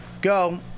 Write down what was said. Go